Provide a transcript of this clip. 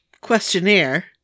questionnaire